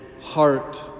heart